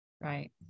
Right